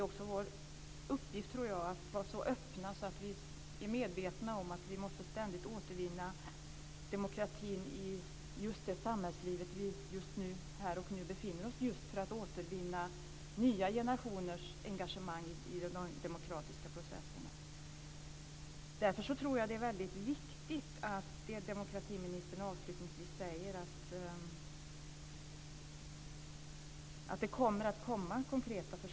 Ju mer jag håller på, desto fler vägar ser jag och desto fler möjligheter tycker jag öppnar sig.